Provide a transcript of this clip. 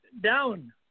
Down